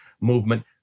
movement